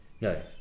no